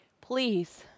please